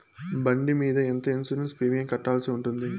బండి మీద ఎంత ఇన్సూరెన్సు ప్రీమియం కట్టాల్సి ఉంటుంది?